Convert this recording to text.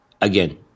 Again